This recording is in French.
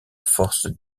force